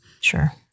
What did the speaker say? Sure